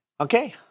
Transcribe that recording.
Okay